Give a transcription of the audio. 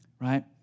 Right